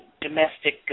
domestic